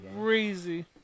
Crazy